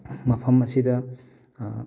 ꯃꯐꯝ ꯑꯁꯤꯗ